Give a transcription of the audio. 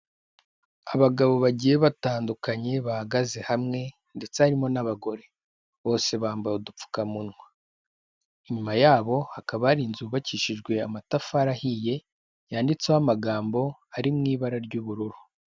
Abagabo bagiye batandukanye, bahagaze hamwe, ndetse harimo n'abagore, bose bambaye udupfukamunwa, inyuma yabo hakaba hari inzu yubakishijwe amatafari ahiye, yanditseho amagambo ari mu ibara ry'ubururu.